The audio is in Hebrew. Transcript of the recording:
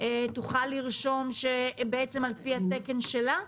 תוכל לרשום שעל פי התקן שלה?